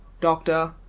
doctor